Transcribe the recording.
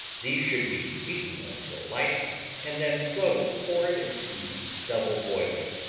these should be beaten until light and then slowly poured into the double boiler.